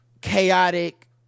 chaotic